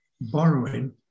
borrowing